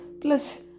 Plus